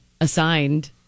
assigned